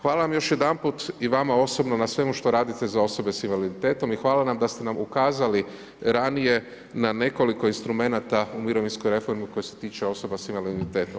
Hvala vam još jedanput i vama osobno na svemu što radite za osobe sa invaliditetom i hvala vam da ste nam ukazali ranije na nekoliko instrumenata u mirovinskoj reformi koji se tiču osoba sa invaliditetom.